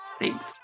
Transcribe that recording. Thanks